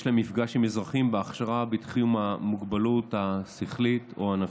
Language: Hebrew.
להם מפגש עם אזרחים בהכשרה בתחום המוגבלות השכלית או הנפשית.